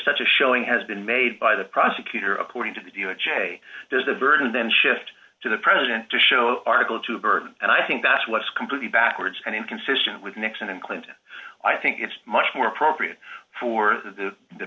such a showing has been made by the prosecutor according to the d o j there's a burden then shift to the president to show article tuber and i think that's what's completely backwards and inconsistent with nixon and clinton i think it's much more appropriate for the